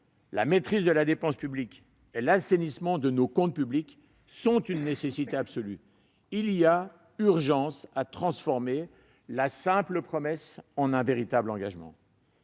la maîtrise de la dépense publique et l'assainissement de nos comptes publics sont une nécessité absolue. Il y a une véritable urgence à transformer la simple promesse en un véritable engagement.